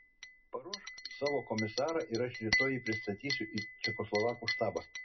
paruošk savo komisarą ir aš rytoj jį pristatysiu į čekoslovakų štabą